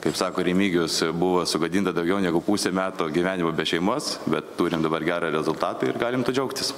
kaip sako remigijus buvo sugadinta daugiau negu pusė metų gyvenimo be šeimos bet turim dabar gerą rezultatą ir galim tuo džiaugtis